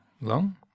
long